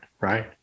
right